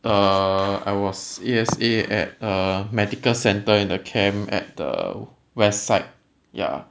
err I was A_S_A at err medical centre in the camp at the west side ya